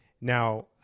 Now